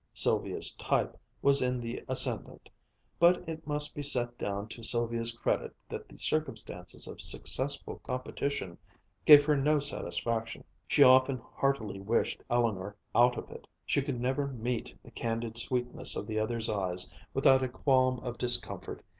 sylvia's type was in the ascendent but it must be set down to sylvia's credit that the circumstance of successful competition gave her no satisfaction. she often heartily wished eleanor out of it. she could never meet the candid sweetness of the other's eyes without a qualm of discomfort,